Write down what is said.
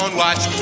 watch